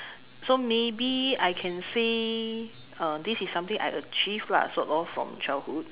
so maybe I can say uh this is something I achieved lah sort of from childhood